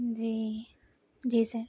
جی جی سر